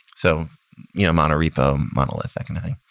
so you know mono repo monolithic anything.